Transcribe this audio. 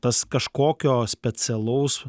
tas kažkokio specialaus